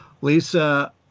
Lisa